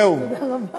זהו, זהו.